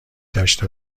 داشته